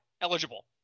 eligible